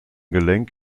gelenk